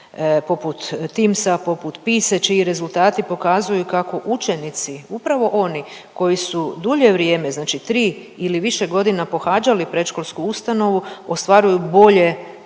poput Teams-a, poput PISA-e čiji rezultati pokazuju kako učenici upravo oni koji su dulje vrijeme znači tri ili više godina pohađali predškolsku ustanovu ostvaruju bolje